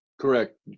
Correct